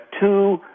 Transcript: two